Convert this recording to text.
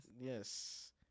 Yes